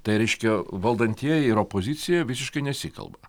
tai reiškia valdantieji ir opozicija visiškai nesikalba